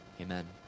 Amen